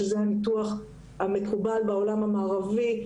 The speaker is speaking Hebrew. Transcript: שזה הניתוח המקובל בעולם המערבי,